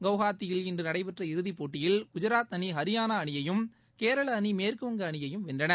குவஹாத்தியில் இன்று நடைபெற்ற இறுதிப் போட்டியில் குஜராத் அணி ஹரியானா அணியையும் கேரள அணி மேற்குவங்க அணியையும் வென்றன